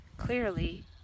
Clearly